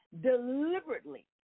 deliberately